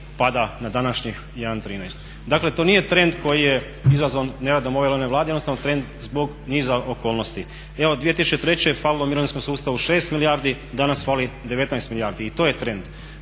pada na današnjih 1,13. Dakle to nije trend koji je izazvan neradom ove ili one Vlade, jednostavno trend zbog niza okolnosti. Evo 2003. je falilo u mirovinskom sustavu 6 milijardi, danas fali 19 milijardi. I to je trend.